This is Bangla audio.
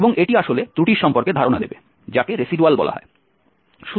এবং এটি আসলে ত্রুটির সম্পর্কে ধারণা দেবে যাকে রেসিডুয়াল বলা হয়